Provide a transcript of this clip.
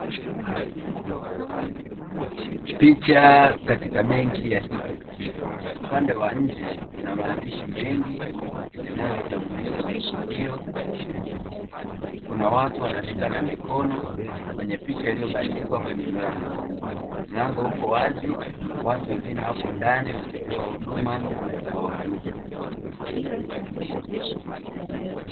Picha katika benki ya equity, upande wa nje kuna maandishi mengi yanayo itambulisha benki hiyo kuna watu wanashikana mikono kwenye picha iliyobandikwa kwenye mlango, mlango uko wazi watu wengine wapo ndani wakipewa huduma na wahudumu